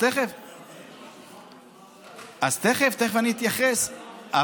תכף אני אתייחס.